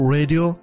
Radio